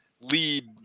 lead